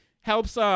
helps